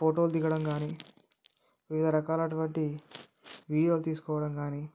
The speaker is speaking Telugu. ఫోటోలు దిగడం కానీ వివిధ రకాలైనటువంటి వీడియోలు తీసుకోవడం కానీ